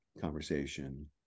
conversation